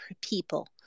people